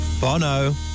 Bono